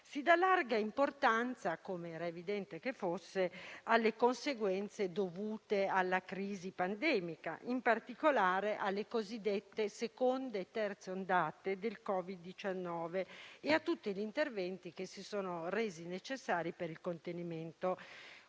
Si dà larga importanza, come era evidente che fosse, alle conseguenze dovute alla crisi pandemica, in particolare alle cosiddette seconde e terze ondate del Covid-19 e a tutti gli interventi che si sono resi necessari per il contenimento.